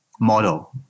model